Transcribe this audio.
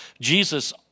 Jesus